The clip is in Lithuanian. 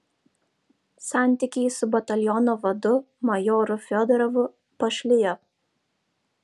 santykiai su bataliono vadu majoru fiodorovu pašlijo